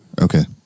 Okay